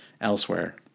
elsewhere